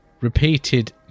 repeated